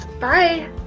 Bye